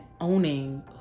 owning